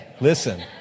listen